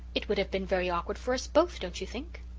it would have been very awkward for us both, don't you think?